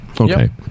Okay